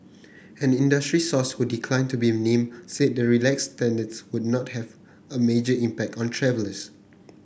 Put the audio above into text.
an industry source who declined to be named said the relaxed standards would not have a major impact on travellers